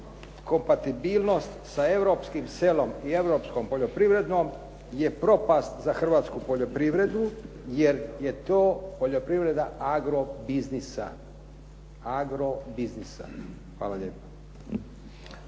Kompatibilnost sa europskim selom i europskom poljoprivredom je propast za hrvatsku poljoprivredu jer je to poljoprivreda agro biznisa. Hvala lijepa.